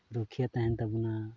ᱨᱩᱠᱷᱤᱭᱟᱹ ᱛᱟᱦᱮᱱ ᱛᱟᱵᱚᱱᱟ